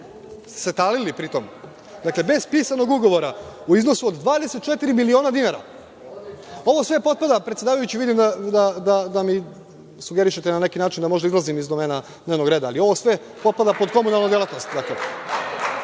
se talili pritom? Dakle, bez pisanog ugovora, u iznosu od 24 miliona dinara. Ovo sve potpada, predsedavajući, vidim da mi sugerišete na neki način da možda izlazim iz domena dnevnog reda, ali ovo sve potpada pod komunalne delatnosti. Dakle,